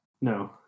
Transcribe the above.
no